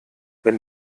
wenn